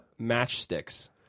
matchsticks